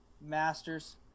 Masters